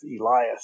Elias